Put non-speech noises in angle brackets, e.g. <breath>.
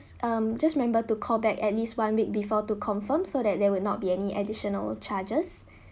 um just remember to call back at least one week before to confirm so that there will not be any additional charges <breath>